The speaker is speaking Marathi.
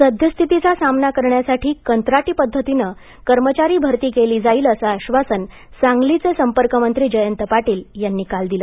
सध्यस्थितीचा सामना करण्यासाठी कंत्राटी पध्दतीने कर्मचारी भरती केली जाईल असं आश्वासन सांगलीचे संपर्क मंत्री जयंत पाटील यांनी काल दिलं